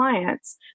clients